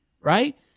right